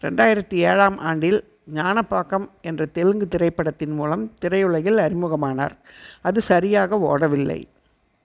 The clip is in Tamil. ரெண்டாயிரத்து ஏழாம் ஆண்டில் ஞானபாக்கம் என்ற தெலுங்கு திரைப்படத்தின் மூலம் திரையுலகில் அறிமுகமானார் அது சரியாக ஓடவில்லை